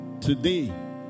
Today